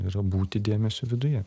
yra būti dėmesio viduje